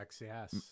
yes